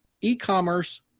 e-commerce